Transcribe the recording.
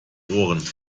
ohren